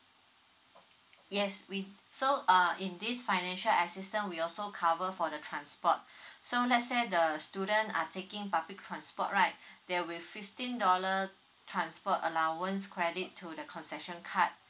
yes we so uh in this financial assistance we also cover for the transport so let's say the student are taking public transport right there will fifteen dollar transport allowance credit to the concession card